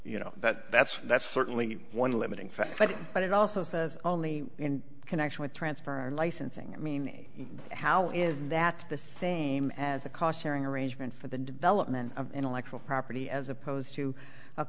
you know that that's that's certainly one limiting factor but but it also says only in connection with transfer licensing i mean how is that the same as the cost hearing arrangement for the development of intellectual property as opposed to